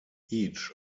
each